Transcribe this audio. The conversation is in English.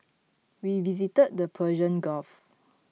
we visited the Persian Gulf